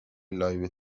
لایو